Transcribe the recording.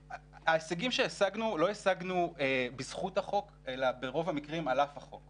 ההישגים שהשגנו לא השגנו בזכות החוק אלא ברוב המקרים על-אף החוק.